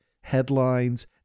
headlines